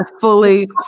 fully